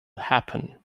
happen